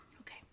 Okay